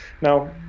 Now